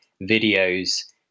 videos